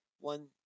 one